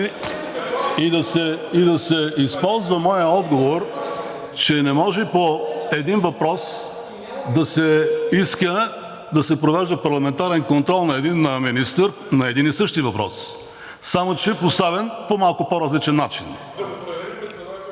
и да се използва моят отговор, че не може по един въпрос да се провежда парламентарен контрол на един министър, на един и същи въпрос, само че поставен по малко по-различен начин.